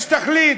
יש תכלית.